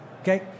Okay